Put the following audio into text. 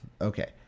Okay